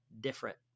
different